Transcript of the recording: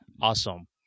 Awesome